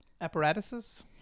apparatuses